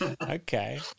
Okay